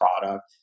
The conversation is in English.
product